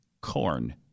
corn